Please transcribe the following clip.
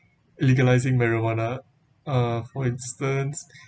legalising marijuana uh for instance